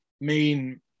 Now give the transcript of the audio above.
main